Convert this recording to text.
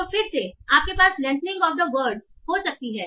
तो फिर से आपके पास लेंथनिंग ऑफ द वर्ल्ड हो सकती है